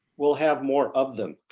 we'll have more of them